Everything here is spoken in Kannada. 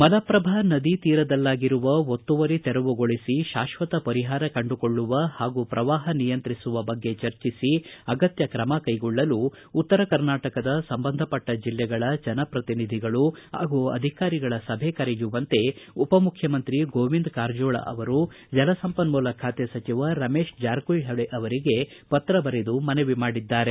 ಮಲಪ್ರಭಾ ನದಿ ತೀರದಲ್ಲಾಗಿರುವ ಒತ್ತುವರಿ ತೆರವುಗೊಳಿಸಿ ಶಾಶ್ವತ ಪರಿಹಾರ ಕಂಡುಕೊಳ್ಳುವ ಹಾಗೂ ಪ್ರವಾಹ ನಿಯಂತ್ರಿಸುವ ಬಗ್ಗೆ ಚರ್ಚಿಸಿ ಅಗತ್ಯ ಕ್ರಮ ಕೈಗೊಳ್ಳಲು ಉತ್ತರ ಕರ್ನಾಟಕದ ಸಂಬಂಧಪಟ್ಟ ಜಲ್ಲೆಗಳ ಜನಪ್ರತಿನಿಧಿಗಳು ಹಾಗೂ ಅಧಿಕಾರಿಗಳ ಸಭೆ ಕರೆಯುವಂತೆ ಉಪಮುಖ್ಯಮಂತ್ರಿ ಗೋವಿಂದ ಕಾರಜೋಳ ಅವರು ಜಲಸಂಪನ್ನೂಲ ಖಾತೆ ಸಚಿವ ರಮೇಶ ಜಾರಕಿಹೊಳ ಅವರಿಗೆ ಪತ್ರ ಬರೆದು ಮನವಿ ಮಾಡಿದ್ದಾರೆ